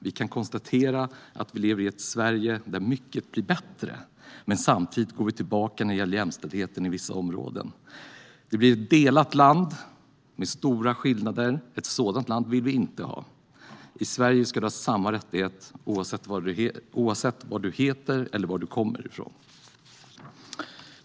Vi kan konstatera att vi lever i ett Sverige där mycket blir bättre, men samtidigt går vi tillbaka när det gäller jämställdheten på vissa områden. Det blir ett delat land med stora skillnader. Ett sådant land vill vi inte ha. I Sverige ska du ha samma rättigheter oavsett vad du heter eller var du kommer ifrån.